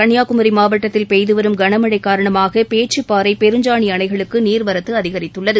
கன்னியாகுமரி மாவட்டத்தில் பெய்து வரும் கனமழை காரணமாக பேச்சிப்பாறை பெருஞ்சாணி அணைகளுக்கு நீர்வரத்து அதிகரித்துள்ளது